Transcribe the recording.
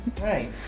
right